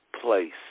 place